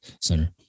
Center